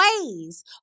ways